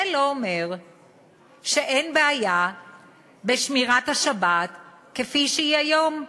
זה לא אומר שאין בעיה בשמירת השבת כפי שהיא היום.